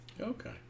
Okay